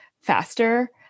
faster